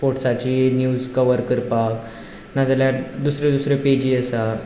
स्पोर्ट्साची news cover करपाक ना जाल्यार दुसऱ्यो दुसऱ्यो पॅजी आसा